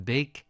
Big